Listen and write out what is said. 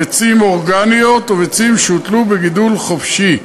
ביצים אורגניות וביצים שהוטלו בגידול חופשי,